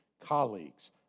colleagues